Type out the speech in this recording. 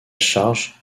charge